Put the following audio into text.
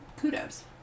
kudos